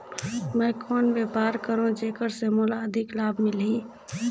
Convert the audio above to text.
मैं कौन व्यापार करो जेकर से मोला अधिक लाभ मिलही?